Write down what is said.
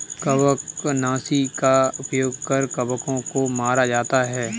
कवकनाशी का उपयोग कर कवकों को मारा जाता है